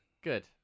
Good